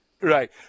Right